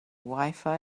wifi